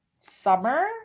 summer